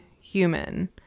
human